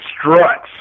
struts